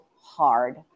hard